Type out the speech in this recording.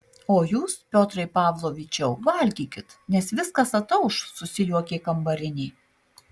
o jūs piotrai pavlovičiau valgykit nes viskas atauš susijuokė kambarinė